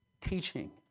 teaching